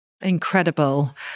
Incredible